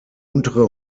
untere